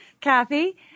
Kathy